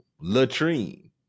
Latrine